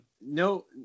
No